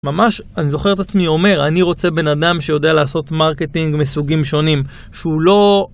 ממש, אני זוכר את עצמי אומר, אני רוצה בן אדם שיודע לעשות מרקטינג מסוגים שונים, שהוא לא...